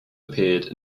appeared